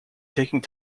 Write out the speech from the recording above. taking